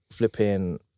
Flipping